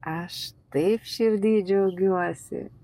aš taip širdy džiaugiuosi